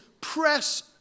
press